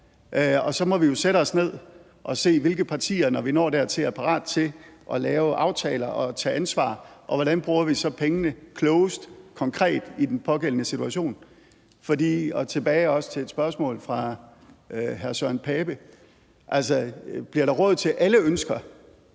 og så må vi jo sætte os ned og se, hvilke partier, når vi når dertil, der er parate til at lave aftaler og tage ansvar, og hvordan vi så bruger pengene klogest konkret i den pågældende situation. Og tilbage også til et spørgsmål fra hr. Søren Pape Poulsen: Bliver der råd til alle ønsker